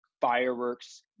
fireworks